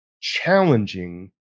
challenging